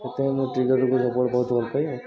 ମୋତେ ମୁଁ ଟ୍ରିଗର୍କୁ ବହୁତ ବହୁତ ଭଲପାଏ ଆଉ